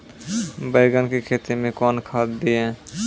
बैंगन की खेती मैं कौन खाद दिए?